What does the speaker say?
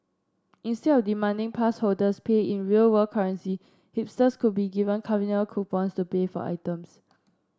instead of demanding pass holders pay in real world currency hipsters could be given carnival coupons to pay for items